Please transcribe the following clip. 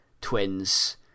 twins